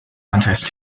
contest